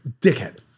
Dickhead